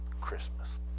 Christmas